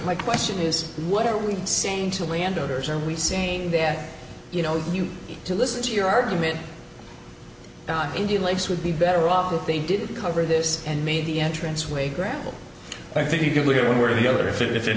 my question is what are we saying to landowners are we saying that you know you to listen to your argument not indian lakes would be better off if they didn't cover this and made the entrance way gravel i think you could look at where the other if it i